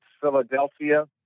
Philadelphia